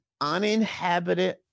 uninhabited